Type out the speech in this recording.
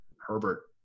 Herbert